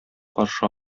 каршы